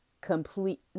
complete